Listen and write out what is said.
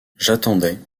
j’attendais